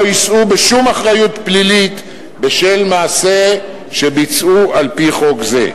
לא יישאו בשום אחריות פלילית בשל מעשה שביצעו על-פי חוק זה.